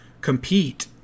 compete